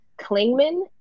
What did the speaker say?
Klingman